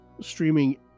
streaming